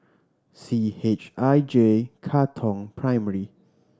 C H I J Katong Primary